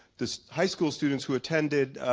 this high school students who attended